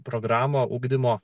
programų ugdymo